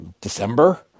December